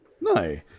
no